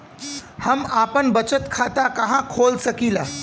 हम आपन बचत खाता कहा खोल सकीला?